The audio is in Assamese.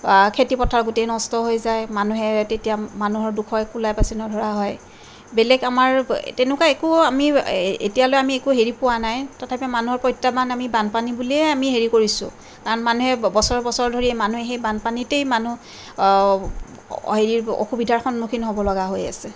খেতি পথাৰ গোটেই নষ্ট হৈ যায় মানুহে তেতিয়া মানুহৰ দুখৰ কোলাই পাচি নধৰা হয় বেলেগ আমাৰ তেনেকুৱা একো আমি এতিয়ালৈ আমি একো হেৰি পোৱা নাই তথাপি মানুহৰ প্ৰত্যাহ্বান আমি বানপানী বুলিয়েই আমি হেৰি কৰিছোঁ কাৰণ মানুহে বছৰ বছৰ ধৰি মানুহে সেই বানপানীতেই মানুহ হেৰি অসুবিধাৰ সন্মুখীন হ'ব লগা হৈ আছে